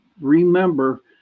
remember